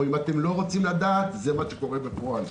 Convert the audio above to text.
או אם אתם לא רוצים לדעת זה מה שקורה בפועל.